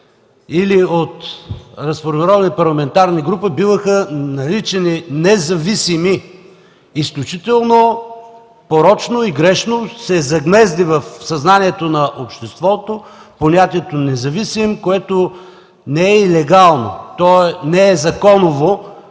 или от разформировани парламентарни групи биваха наричани независими. Изключително порочно и грешно се загнезди в съзнанието на обществото понятието независим, което не е легално, то не е законово,